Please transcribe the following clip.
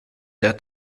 der